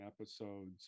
episodes